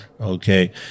okay